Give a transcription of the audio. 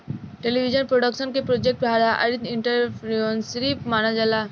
television production के project आधारित entrepreneurship मानल जाला